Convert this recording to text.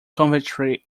coventry